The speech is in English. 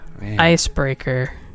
Icebreaker